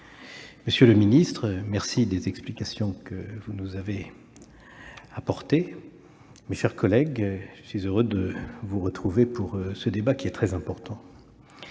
Monsieur le ministre, je vous remercie des explications que vous nous avez apportées. Mes chers collègues, je suis heureux de vous retrouver pour ce débat très important.